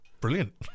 brilliant